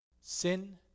Sin